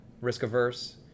risk-averse